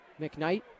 McKnight